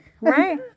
right